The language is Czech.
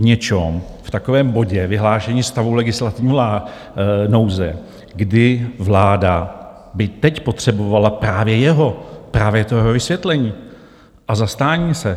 V něčem, v takovém bodě vyhlášení stavu legislativní nouze, kdy vláda by teď potřebovala právě jeho, právě to jeho vysvětlení a zastání se.